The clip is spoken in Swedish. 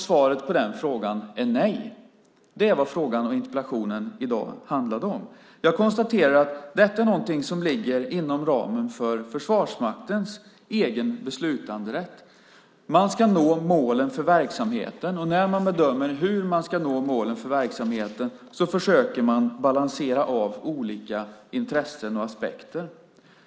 Svaret på den frågan är nej. Det är vad frågan och interpellationen i dag handlar om. Jag konstaterar att detta är någonting som ligger inom ramen för Försvarsmaktens egen beslutanderätt. Man ska nå målen för verksamheten, och när man bedömer hur man ska nå målen för verksamheten försöker man balansera olika intressen och aspekter.